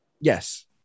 Yes